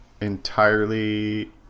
entirely